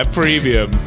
premium